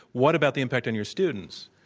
what about the impact on your students?